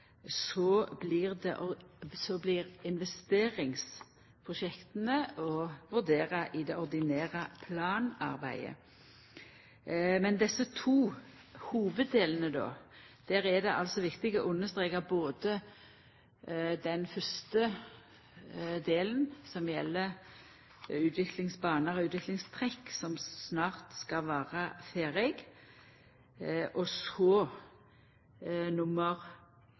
Så vert investeringsprosjekta å vurdera i det ordinære planarbeidet. Men i desse to hovuddelane er det viktig å understreka både den fyrste delen, som gjeld utviklingsbanar og utviklingstrekk som snart skal vera ferdige, og